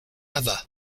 other